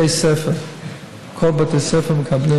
החוק הזה מסדיר סוף-סוף את תחום הצלת ותרומת המזון בישראל,